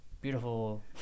beautiful